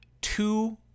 Two